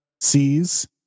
sees